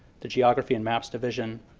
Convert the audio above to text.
the geography and maps division,